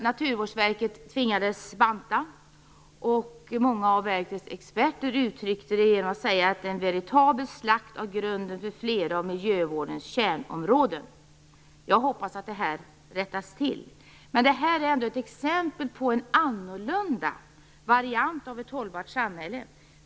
Naturvårdsverket tvingades banta. Många av verkets experter uttryckte det genom att säga att det var en veritabel slakt av grunden för flera av miljövårdens kärnområden. Jag hoppas att detta rättas till. Detta är ändå ett exempel på en annorlunda variant av ett hållbart samhälle.